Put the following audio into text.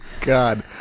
God